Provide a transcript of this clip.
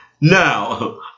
Now